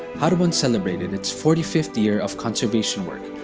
haribon celebrated its forty fifth year of conservation work,